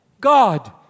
God